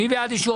מי בעד אישור